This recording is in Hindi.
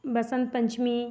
बसंत पंचमी